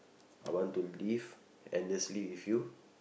I want to live endlessly with you